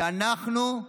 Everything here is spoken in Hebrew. שאנחנו,